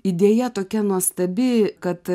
idėja tokia nuostabi kad